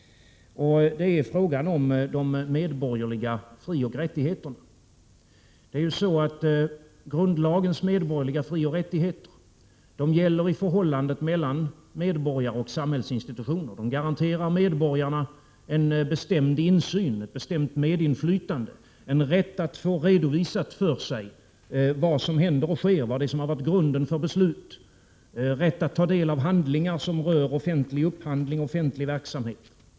Det är frågan om de medborgerliga frioch rättigheterna. Grundlagens medborgerliga frioch rättigheter gäller i förhållandet mellan medborgare och samhällsinstitutioner. De garanterar medborgarna en bestämd insyn, ett bestämt medinflytande, en rätt att få redovisat för sig vad som händer och sker, vad det är som har varit grunden för beslut, rätt att ta del av handlingar som rör offentlig upphandling och offentlig verksamhet.